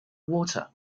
water